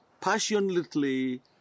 passionately